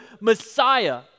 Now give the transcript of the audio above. Messiah